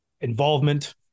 involvement